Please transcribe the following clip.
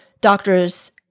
doctors